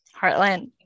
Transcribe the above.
heartland